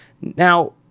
Now